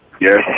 Yes